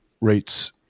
rates